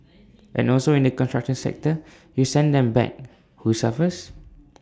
and also in the construction sector you send them back who suffers